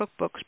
cookbooks